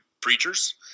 preachers